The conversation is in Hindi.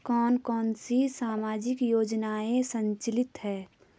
कौन कौनसी सामाजिक योजनाएँ संचालित है?